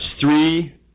three